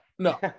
No